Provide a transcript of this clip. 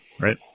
Right